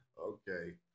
Okay